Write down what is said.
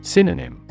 Synonym